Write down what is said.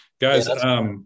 guys